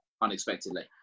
unexpectedly